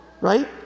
right